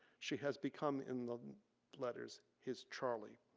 she has become in the letters, his charlie,